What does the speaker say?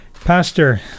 Pastor